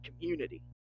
community